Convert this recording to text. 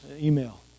email